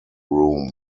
room